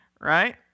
Right